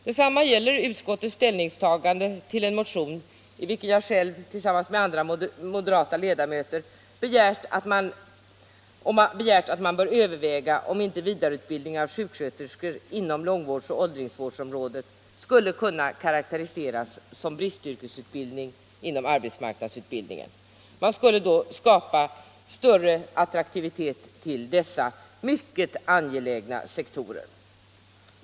Detsamma gäller utskottets ställningstagande till en motion i vilken jag själv tillsammans med andra moderata ledamöter begärt att man skall överväga om inte vidareutbildning av sjuksköterskor inom långvårds och åldringsvårdsområdet skulle kunna karakteriseras som bristyrkesutbildning inom arbetsmarknadsutbildningen. Man skulle då skapa större attraktivitet hos dessa mycket angelägna sektorer.